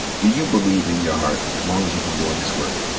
do you believe in your heart, as long as you've been doin' this work,